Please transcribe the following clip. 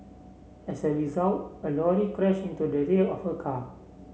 as a result a lorry crashed into the rear of her car